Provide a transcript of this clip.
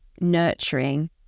nurturing